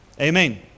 Amen